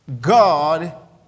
God